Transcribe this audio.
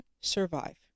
survive